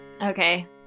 Okay